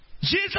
Jesus